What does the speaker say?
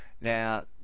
Now